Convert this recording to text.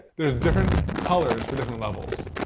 there's different colors for different levels